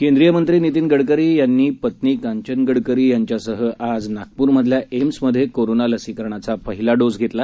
केंद्रीय मंत्री नितिन गडकरी यांनी पत्नी कांचन गडकरी यांच्यासह आज नागपुर मधल्या एम्स मध्ये कोरोना लसीकरणाचा पहिला डोस घेतला